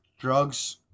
drugs